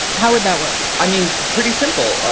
how would that work. i mean pretty simple.